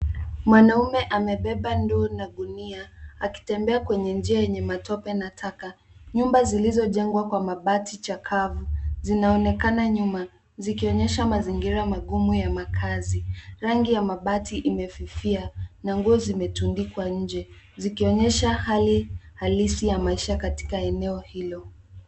Mwanaume amebeba ndoo na gunia akitembea kwa njia yenye matope na taka. Nyumba zilizojengwa kwa mabati chakavu zinaonekana nyuma zikionyesha mazingira magumu ya makazi. Rangi ya mabati imefifia na nguo zimetundikwa nje zikionyesha hali halisi ya maisha katika eneo hilo.